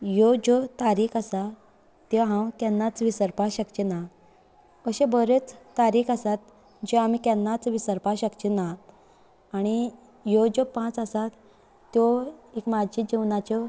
ह्यो ज्यो तारीख आसा त्यो हांव केन्नाच विसरपाक शकचेंना अशें बरेच तारीख आसात जे आमी केन्नाच विसरपाक शकचे ना आनी ह्यो ज्यो पांच आसात त्यो एक माजी जिवनाच्यो